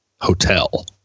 hotel